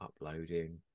Uploading